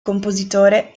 compositore